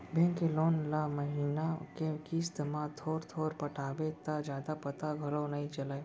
bank के loan ल महिना के किस्त म थोर थोर पटाबे त जादा पता घलौ नइ चलय